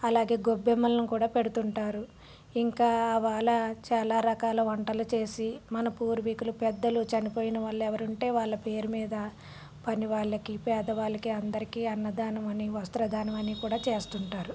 అలాగే గొబ్బెమ్మలను కూడా పెడుతుంటారు ఇంకా వాళ్ళ చాలా రకాలు వంటలు చేసి మన పూర్వీకులు పెద్దలు చనిపోయిన వాళ్ళు ఎవరు ఉంటే వాళ్ళ పేరు మీద పని వాళ్ళకి పేదవాళ్ళకి అందరికి అన్నదానం అని వస్త్రదానము అని కూడా చేస్తుంటారు